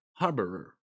harborer